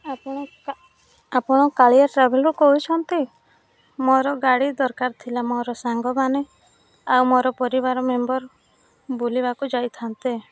ଆପଣ ଆପଣ କାଳିଆ ଟ୍ରାଭେଲରୁ କହୁଛନ୍ତି ମୋର ଗାଡ଼ି ଦରକାର ଥିଲା ମୋର ସାଙ୍ଗମାନେ ଆଉ ମୋର ପରିବାର ମେମ୍ୱର ବୁଲିବାକୁ ଯାଇଥାନ୍ତେ